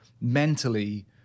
mentally